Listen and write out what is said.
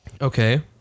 Okay